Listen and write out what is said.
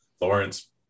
Lawrence